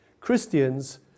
Christians